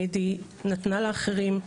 היא נתנה לאחרים.